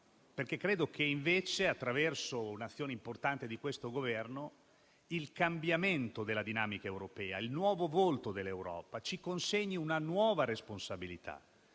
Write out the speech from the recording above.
invece, attraverso l'azione importante di questo Governo e il cambiamento della dinamica europea, il nuovo volto dell'Europa ci consegni una nuova responsabilità